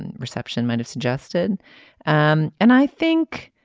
and reception might have suggested and and i think